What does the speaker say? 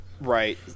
Right